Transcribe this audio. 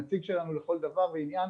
נציג שלנו לכל דבר ועניין,